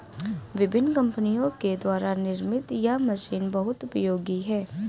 विभिन्न कम्पनियों के द्वारा निर्मित यह मशीन बहुत उपयोगी है